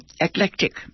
eclectic